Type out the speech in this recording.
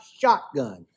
shotgun